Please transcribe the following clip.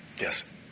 yes